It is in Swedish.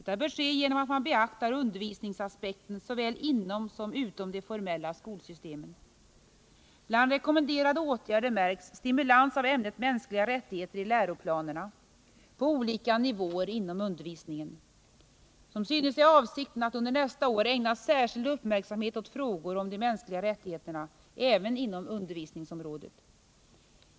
Detta bör ske genom att man beaktar undervisningsaspekten såväl inom som utom de formella skolsystemen. Bland rekommenderade åtgärder märks stimulans av ämnet mänskliga rättigheter i läroplanerna på olika nivåer inom undervisningen. Som synes är avsikten att under nästa år ägna särskild uppmärksamhet åt frågor om de mänskliga rättigheterna — även inom undervisningsområdet.